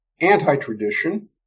anti-tradition